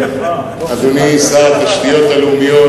אדוני שר התשתיות הלאומיות,